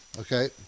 Okay